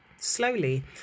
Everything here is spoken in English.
slowly